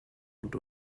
und